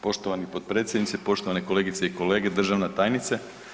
Poštovani potpredsjedniče, poštovane kolegice i kolege, državna tajnice.